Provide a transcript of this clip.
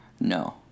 No